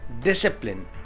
discipline